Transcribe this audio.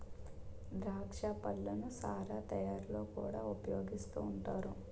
ద్రాక్ష పళ్ళను సారా తయారీలో కూడా ఉపయోగిస్తూ ఉంటారు